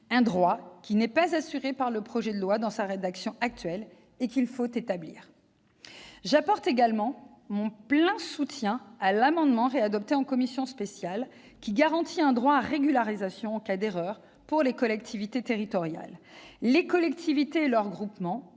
un droit qui n'est pas assuré par le projet de loi dans sa rédaction actuelle et qu'il faut établir. J'apporterai également mon plein soutien à l'amendement, adopté de nouveau par la commission spéciale, visant à garantir un droit à régularisation en cas d'erreur pour les collectivités territoriales. Les collectivités et leurs groupements